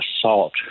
assault